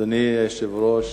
אדוני היושב-ראש,